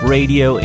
Radio